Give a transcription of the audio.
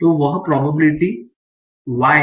तो वह probability y